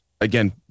again